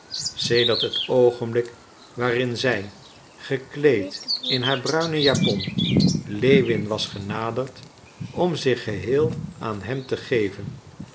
sedert het oogenblik waarin zij gekleed in haar bruine japon lewin was genaderd om zich geheel aan hem te geven